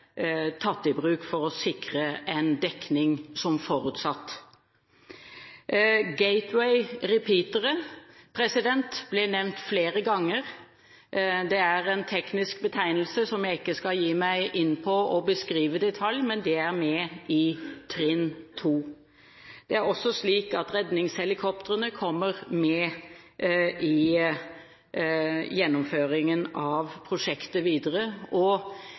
tatt i bruk for å sikre en dekning som forutsatt. Gateway repeatere blir nevnt flere ganger. Det er en teknisk betegnelse som jeg ikke skal gi meg inn på å beskrive i detalj, men det er med i trinn 2. Det er også slik at redningshelikoptrene kommer med i gjennomføringen av prosjektet videre.